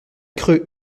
creux